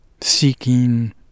seeking